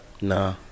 Nah